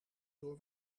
door